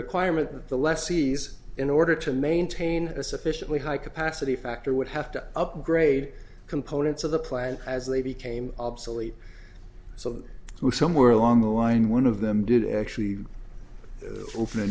requirement that the lessees in order to maintain a sufficiently high capacity factor would have to upgrade components of the plan as they became obsolete so that somewhere along the line one of them did actually open a